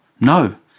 No